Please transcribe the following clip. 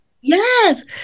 Yes